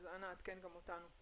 אז אנא עדכן גם אותנו.